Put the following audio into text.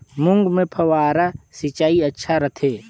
मूंग मे फव्वारा सिंचाई अच्छा रथे?